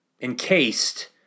encased